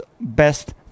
best